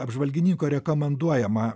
apžvalgininko rekomenduojamą